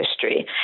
history